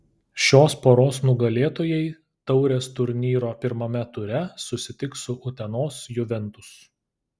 šios poros nugalėtojai taurės turnyro pirmame ture susitiks su utenos juventus